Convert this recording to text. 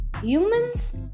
humans